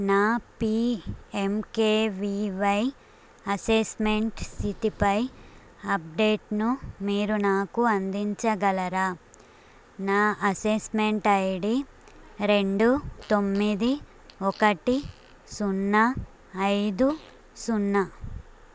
నా PMKVY assessment స్థితిపై అప్డేట్ను మీరు నాకు అందించగలరా నా అసెస్మెంట్ ఐడీ రెండు తొమ్మిది ఒకటి సున్నా ఐదు సున్నా